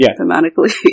thematically